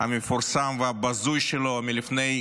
המפורסם והבזוי שלו מלפני